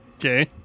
Okay